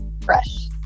fresh